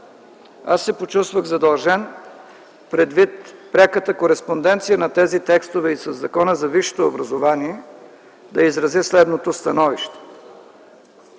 аз се почувствах задължен предвид пряката кореспонденция на тези текстове със Закона за висшето образование да изразя следното становище.